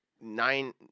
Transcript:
nine